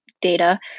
data